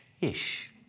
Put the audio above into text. ish